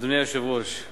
אדוני היושב-ראש,